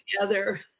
together